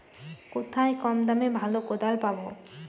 কোথায় কম দামে ভালো কোদাল পাব?